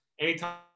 anytime